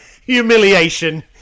Humiliation